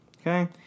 Okay